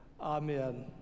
Amen